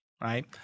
Right